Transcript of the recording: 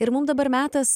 ir mum dabar metas